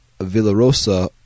Villarosa